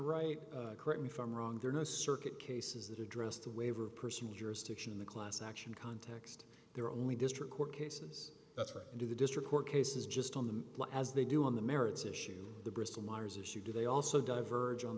right correct me if i'm wrong there are no circuit cases that address the waiver of personal jurisdiction in the class action context there are only district court cases that's right do the district court cases just on the law as they do on the merits issue the bristol myers issue do they also diverging on